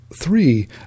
three